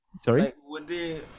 sorry